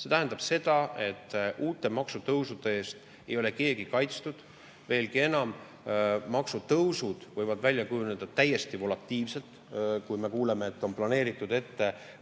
See tähendab seda, et uute maksutõusude eest ei ole keegi kaitstud. Veelgi enam, maksutõusud võivad välja kujuneda täiesti volatiilselt. Me kuuleme, et